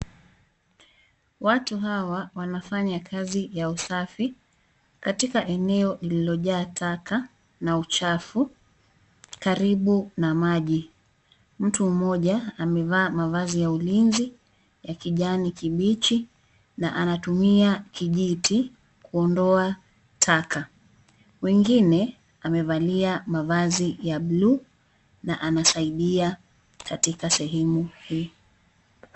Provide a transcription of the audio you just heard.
Watu hawa wanafanya kazi ya usafi katika eneo lilijaa taka na taka na uchafu karibu na maji. Mtu mmoja amevaa mavazi ya ulinzi ya kijani kibichi na anatumia kijiti kuondoa taka. Wengine wamevalia mavazi ya bluu na anasaidia katika sehemu hii.